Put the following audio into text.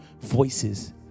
voices